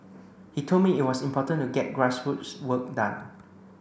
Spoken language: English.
he told me it was important to get grassroots work done